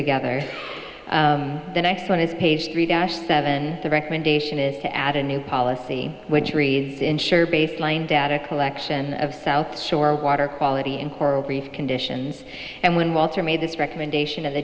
together the next one is page three dash seven the recommendation is to add a new policy which reads ensure baseline data collection of south shore water quality and coral reef conditions and when walter made this recommendation of the